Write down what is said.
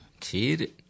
Cheated